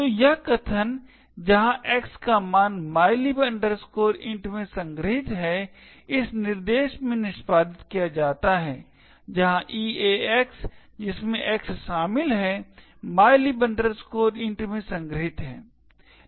तो यह कथन जहाँ x का मान mylib int में संगृहीत है इस निर्देश में निष्पादित किया जाता है जहाँ EAX जिसमें X शामिल है mylib int में संग्रहीत है